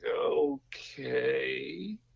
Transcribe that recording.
okay